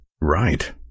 Right